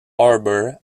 harbor